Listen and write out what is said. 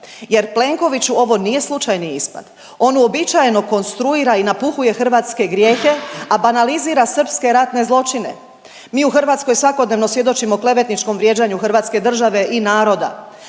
jer Plenkoviću ovo nije slučajni ispad, on uobičajeno konstruira i napuhuje Hrvatske grijehe, a banalizira srpske ratne zločine. Mi u Hrvatskoj svakodnevno svjedočimo klevetničkom vrijeđanju Hrvatske države i naroda.